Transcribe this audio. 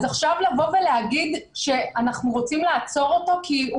אז עכשיו לבוא ולהגיד שאתם רוצים לעצור אותו כי הוא